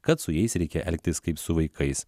kad su jais reikia elgtis kaip su vaikais